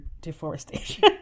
deforestation